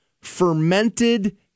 fermented